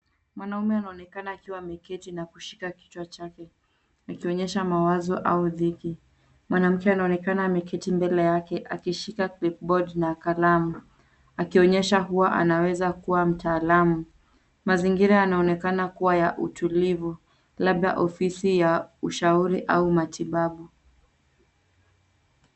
Mwanaume anaonekana akiwa ameketi na kushika kichwa chake, akionyesha mawazo, au dhiki, mwanamke anaonekana ameketi mbele yake, akishika clipboard na kalamu, akionyesha huwa anaweza kuwa mtaalamu, mazingira yanaonekana kuwa ya utulivu, labda ofisi ya ushauri au matibabu.